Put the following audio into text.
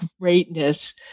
greatness